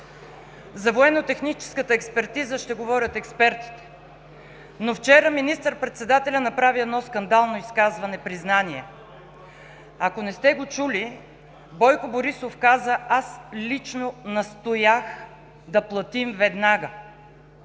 За военнотехническата експертиза ще говорят експертите. Но вчера министър-председателят направи едно скандално изказване-признание. Ако не сте го чули, Бойко Борисов каза: „Аз лично настоях да платим веднага.“